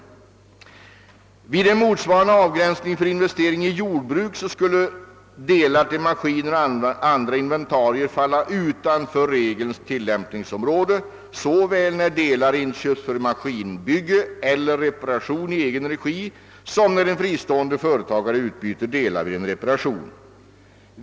maskiner och andra inventarier falla utanför reduceringsregelns = tillämpningsområde, såväl när delar inköps för maskinbygge eller reparation i egen regi som när en fristående företagare utbyter delar vid en reparation.